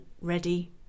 ready